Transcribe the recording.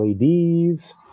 LEDs